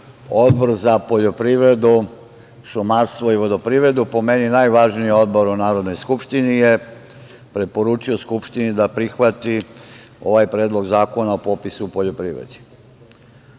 Odbor za poljoprivredu, šumarstvo i vodoprivredu, po meni najvažniji Odbor u Narodnoj skupštini, je preporučio Skupštini da prihvati ovaj Predlog zakona o popisu u poljoprivredi. Mi